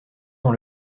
dans